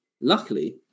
luckily